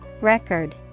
Record